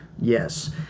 Yes